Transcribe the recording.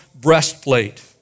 breastplate